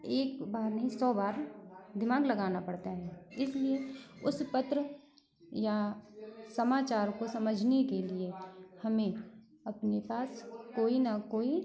एक बार नहीं सौ बार दिमाग लगाना पड़ता है इसलिए उस पत्र या समाचार को समझने के लिए हमें अपने पास कोई न कोई